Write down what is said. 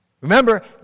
Remember